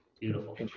Beautiful